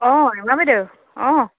অঁ ৰুমা বাইদেউ অঁ